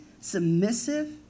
submissive